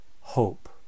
hope